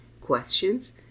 questions